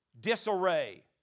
disarray